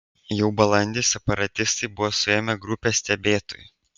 jau balandį separatistai buvo suėmę grupę stebėtojų